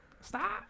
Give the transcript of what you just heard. Stop